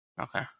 Okay